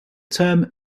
term